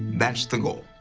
that's the goal.